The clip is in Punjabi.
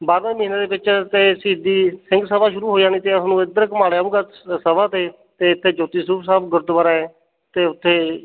ਬਾਰਵੇਂ ਮਹੀਨੇ ਦੇ ਵਿੱਚ ਅਤੇ ਸ਼ਹੀਦੀ ਸਿੰਘ ਸਭਾ ਸ਼ੁਰੂ ਸ਼ੁਰੂ ਹੋ ਜਾਣੀ ਅਤੇ ਉਸਨੂੰ ਇੱਧਰ ਘੁੰਮਾ ਲਿਆਉਂਗਾ ਸ ਸਭਾ 'ਤੇ ਅਤੇ ਇੱਥੇ ਜੋਤੀ ਸਰੂਪ ਸਾਹਿਬ ਗੁਰਦੁਆਰਾ ਹੈ ਅਤੇ ਉੱਥੇ